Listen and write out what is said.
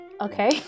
Okay